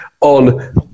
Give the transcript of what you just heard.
on